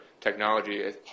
technology